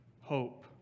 hope